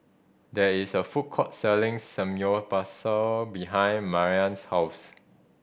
there is a food court selling Samgyeopsal behind Maryann's house